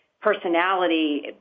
personality